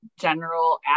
general